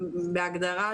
בהגדרה,